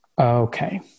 Okay